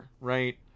Right